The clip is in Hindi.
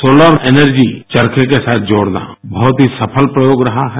सोलर एनर्जी चरखे के साथ जोड़ना बहुत ही सफल प्रयोग रहा है